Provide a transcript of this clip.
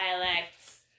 dialects